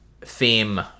Theme